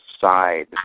side